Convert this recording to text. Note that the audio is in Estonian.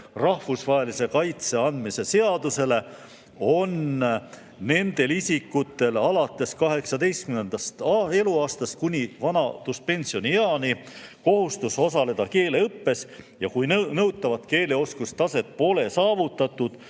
rahvusvahelise kaitse andmise seadusele on nendel isikutel alates 18. eluaastast kuni vanaduspensionieani kohustus osaleda keeleõppes ja kui nõutavat keeleoskustaset pole saavutatud,